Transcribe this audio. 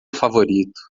favorito